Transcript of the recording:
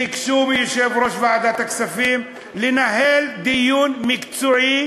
ביקשו מיושב-ראש ועדת הכספים לנהל דיון מקצועי